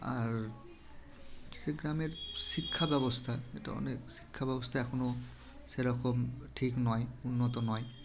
আর সে গ্রামের শিক্ষা ব্যবস্থা যেটা অনেক শিক্ষা ব্যবস্থা এখনও সেরকম ঠিক নয় উন্নত নয়